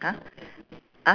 !huh! !huh!